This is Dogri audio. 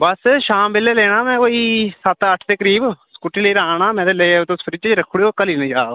बस शाम बेल्लै लेना में कोई सत्त अट्ठ दे करीब स्कूटी लेई री आना में ते एल्लै तुस फ्रिज च रक्खी ओड़ेओ घली निं जा ओह्